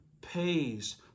pays